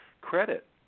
credit